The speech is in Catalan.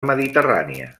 mediterrània